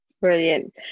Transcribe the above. Brilliant